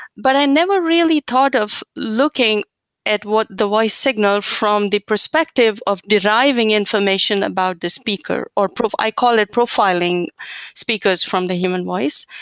but i never really thought of looking at what the voice signal from the perspective of deriving information about the speaker, or i call it profiling speakers from the human voice.